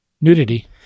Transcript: nudity